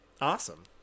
awesome